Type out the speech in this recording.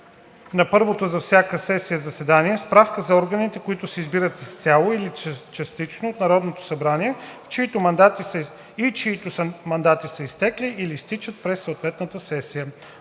на първото за всяка сесия заседание справка за органите, които се избират изцяло или частично от Народното събрание и чиито мандати са изтекли или изтичат през съответната сесия.